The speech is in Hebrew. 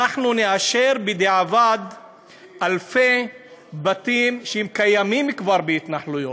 אנחנו נאשר בדיעבד אלפי בתים שהם כבר קיימים בהתנחלויות.